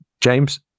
James